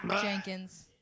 Jenkins